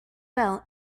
well